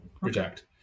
reject